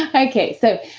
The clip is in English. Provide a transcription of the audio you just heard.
ah okay. so,